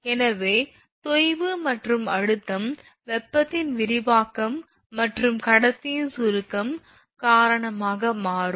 எனவே தொய்வு மற்றும் அழுத்தம் வெப்பத்தின் விரிவாக்கம் மற்றும் கடத்தியின் சுருக்கம் காரணமாக மாறும்